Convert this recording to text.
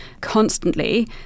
constantly